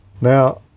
Now